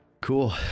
Cool